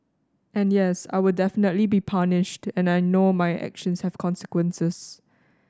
and yes I will definitely be punished and I know my actions have consequences